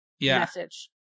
message